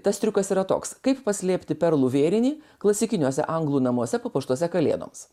tas triukas yra toks kaip paslėpti perlų vėrinį klasikiniuose anglų namuose papuoštuose kalėdoms